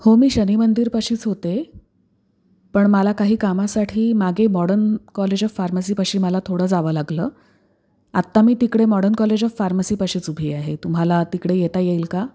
हो मी शनिमंदिरापाशीच होते पण मला काही कामासाठी मागे मॉडर्न कॉलेज ऑफ फार्मसीपाशी मला थोडं जावं लागलं आत्ता मी तिकडे मॉडर्न कॉलेज ऑफ फार्मसीपाशीच उभी आहे तुम्हाला तिकडे येता येईल का